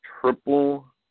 triple